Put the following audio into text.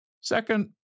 Second